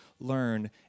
learn